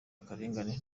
akarengane